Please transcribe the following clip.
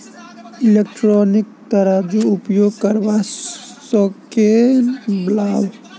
Electronic तराजू उपयोग करबा सऽ केँ लाभ?